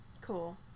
Cool